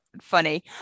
funny